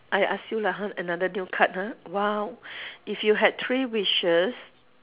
I ask you lah ha another deal card ha !wow! if you had three wishes